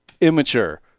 immature